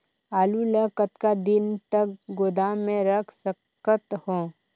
आलू ल कतका दिन तक गोदाम मे रख सकथ हों?